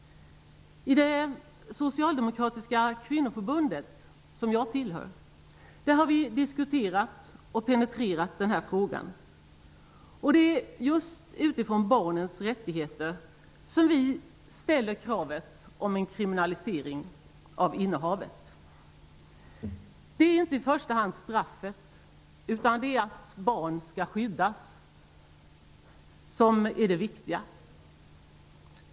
I Socialdemokratiska kvinnoförbundet, som jag tillhör, har vi diskuterat och penetrerat den här frågan, och det är just utifrån barnens rättigheter som vi ställer kravet om en kriminalisering av innehavet. Det är inte i första hand straffet, utan det är att barn skall skyddas, som är det viktiga.